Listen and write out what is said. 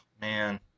Man